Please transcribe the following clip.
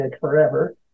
forever